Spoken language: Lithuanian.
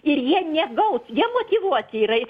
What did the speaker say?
ir jie negaus jie motyvuoti yra